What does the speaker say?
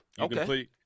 Okay